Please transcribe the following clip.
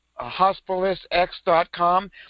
hospitalistx.com